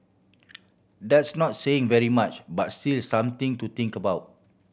that's not saying very much but still something to think about